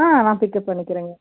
நான் பிக்கப் பண்ணிகிறேங்க